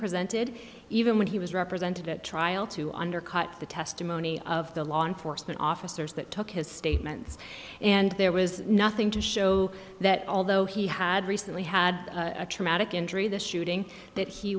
presented even when he was represented at trial to undercut the testimony of the law enforcement officers that took his statements and there was nothing to show that although he had recently had a traumatic injury the shooting that he